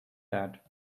that